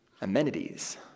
Amenities